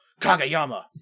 Kagayama